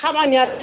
खामानिया